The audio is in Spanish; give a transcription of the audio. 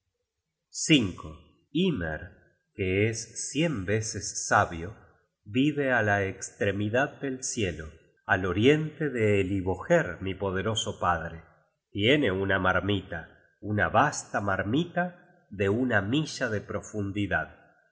hymer que es cien veces sabio vive á la estremidad del cielo al oriente de elivoger mi poderoso padre tiene una marmita una vasta marmita de una milla de profundidad